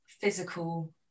physical